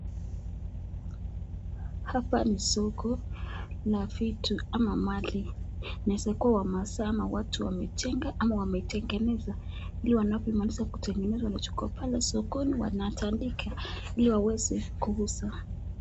Hapa ni soko na vitu ama mali inaeza kuwa ya maasai ama wamechenga ama wametengeneza hili wanapomaliza kutengeneza Wanachukua pale soko wanatandika hili waweze kuuza.